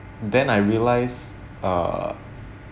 then I realised err